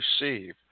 receive